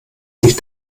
sich